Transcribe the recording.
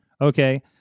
Okay